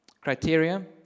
criteria